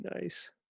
nice